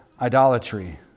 idolatry